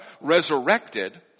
resurrected